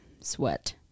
Sweat